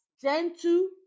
gentle